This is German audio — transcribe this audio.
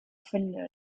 findet